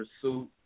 pursuit